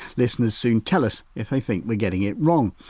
listeners soon tell us if they think we're getting it wrong.